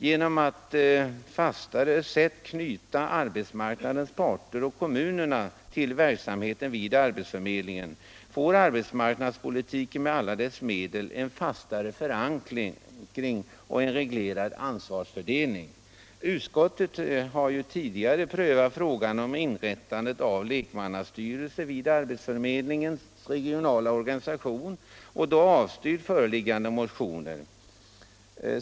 Genom att på ett fastare sätt knyta arbetsmarknadens parter och kommunen till verksamheten vid arbetsförmedlingen, får arbetsmarknadspolitiken med alla dess medel en fastare förankring och reglerad ansvarsfördelning. Utskottet har tidigare prövat frågan om inrättande av lek mannastyrelser vid arbetsförmedlingens regionala organ och då avstyrkt föreliggande motioner.